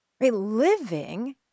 Living